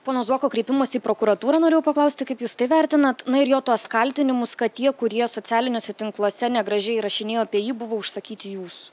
pono zuoko kreipimosi į prokuratūrą norėjau paklausti kaip jūs tai vertinat na ir jo tuos kaltinimus kad tie kurie socialiniuose tinkluose negražiai rašinėjo apie jį buvo užsakyti jūsų